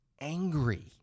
angry